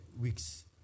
weeks